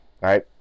Right